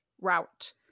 route